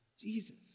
Jesus